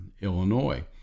Illinois